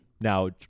now